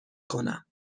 کنم